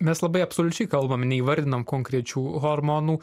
mes labai absoliučiai kalbam neįvardinam konkrečių hormonų